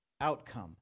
outcome